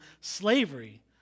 slavery